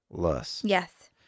Yes